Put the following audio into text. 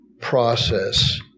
process